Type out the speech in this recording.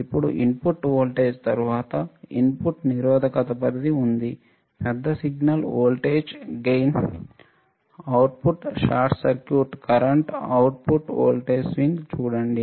ఇప్పుడు input voltage తరువాత input నిరోధకత పరిధి ఉంది పెద్ద signal voltage gain output short circuit current output voltage swing చూడండి